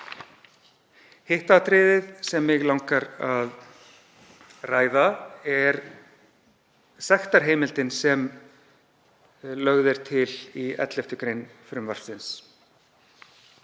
Hitt atriðið sem mig langar að ræða er sektarheimildin sem lögð er til í 11. gr. frumvarpsins,